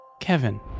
Kevin